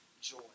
joy